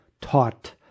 taught